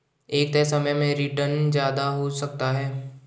एक तय समय में रीटर्न ज्यादा हो सकता है